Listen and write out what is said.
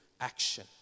action